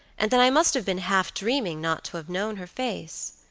and that i must have been half-dreaming not to have known her face.